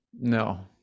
No